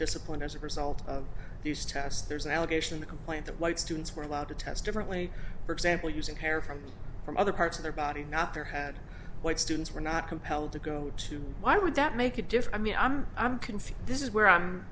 disciplined as a result of these tests there's an allegation in the complaint that white students were allowed to test differently for example using hair come from other parts of their body not their head white students were not compelled to go to why would that make a difference i'm confused this is where i'm